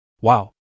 Wow